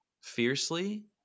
fiercely